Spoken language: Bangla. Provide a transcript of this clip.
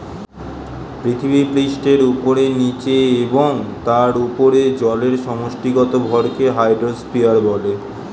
পৃথিবীপৃষ্ঠের উপরে, নীচে এবং তার উপরে জলের সমষ্টিগত ভরকে হাইড্রোস্ফিয়ার বলে